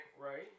Right